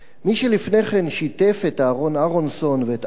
מי שלפני כן שיתף את אהרן אהרונסון ואת ארתור